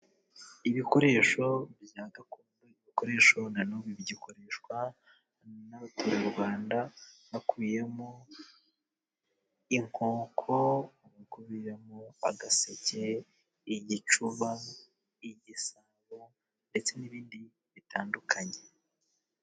Ibikoresho bya gakondo, ibikoresho na n'ubu bigikoreshwa n'abaturarwanda hakubiyemo: inkoko, hakubiyemo agaseke, igicuba, igisabo, ndetse n'ibindi bitandukanye.